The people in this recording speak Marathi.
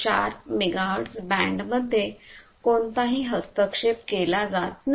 4 मेगाहेर्ट्झ बँड मध्ये कोणताही हस्तक्षेप केला जात नाही